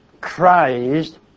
Christ